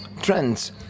trends